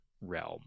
realm